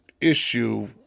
issue